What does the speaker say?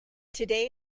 today